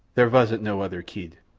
there vasn't no other kid.